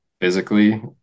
physically